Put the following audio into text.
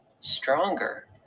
stronger